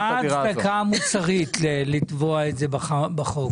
מהי ההצדקה המוסרית כדי לתבוע את זה בחוק?